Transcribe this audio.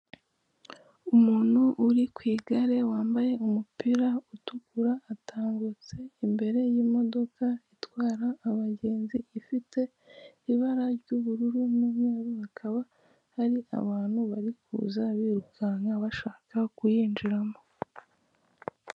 Umuntu uri ku igare wambaye umupira utukura, atambutse imbere y'imodoka itwara abagenzi ifite ibara ry'ubururu n'umweru, hakaba hari abantu bari kuza birukanka bashaka kuyinjiramo.